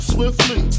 Swiftly